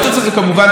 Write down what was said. לפעמים חודשים,